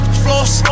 floss